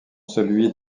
celui